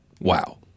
Wow